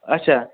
اچھا